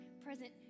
present